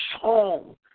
song